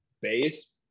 base